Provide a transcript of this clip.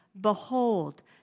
Behold